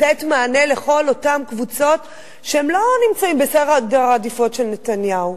לתת מענה לכל אותן קבוצות שלא נמצאות בסדר העדיפויות של נתניהו.